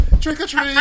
trick-or-treat